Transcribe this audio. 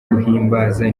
guhimbaza